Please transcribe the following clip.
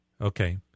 Okay